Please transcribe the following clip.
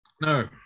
No